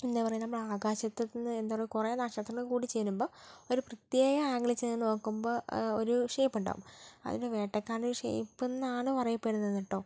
എന്താ പറയുക നമ്മൾ ആകാശത്ത് നിന്ന് എന്താ പറയുക കുറേ നക്ഷത്രങ്ങൾ കൂടി ചേരുമ്പോൾ ഒരു പ്രത്യേക ആങ്കിളിൽ ചേർന്ന് നോക്കുമ്പോൾ ഒരു ഷേപ്പ് ഉണ്ടാകും അതിന് വേട്ടക്കാരൻ്റെ ഷേപ്പ് എന്നാണ് പറയപ്പെടുന്നത് കേട്ടോ